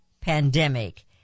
pandemic